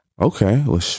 Okay